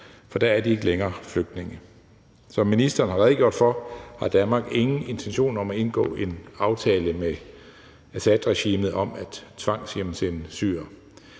for da er de ikke længere flygtninge. Som ministeren har redegjort for, har Danmark ingen intentioner om at indgå en aftale med Assadregimet om at tvangshjemsende